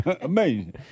Amazing